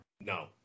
No